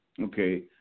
okay